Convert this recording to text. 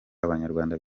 abanyarwanda